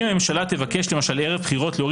אם הממשלה תבקש למשל ערב בחירות להוריד